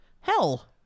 hell